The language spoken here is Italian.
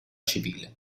civile